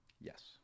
Yes